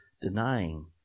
denying